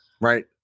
Right